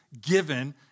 given